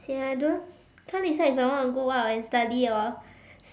okay I don't can't decide if I want to go out and study or